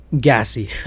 gassy